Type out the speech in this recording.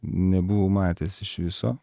nebuvau matęs iš viso